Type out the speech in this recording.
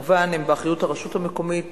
כמובן הם באחריות הרשות המקומית,